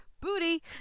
booty